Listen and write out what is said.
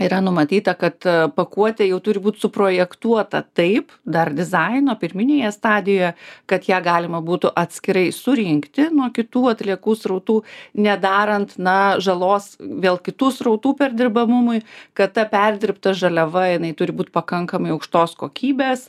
yra numatyta kad pakuotė jau turi būti suprojektuota taip dar dizaino pirminėje stadijoje kad ją galima būtų atskirai surinkti nuo kitų atliekų srautų nedarant na žalos vėl kitų srautų perdirbamumui kad ta perdirbta žaliava jinai turi būti pakankamai aukštos kokybės